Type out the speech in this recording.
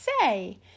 say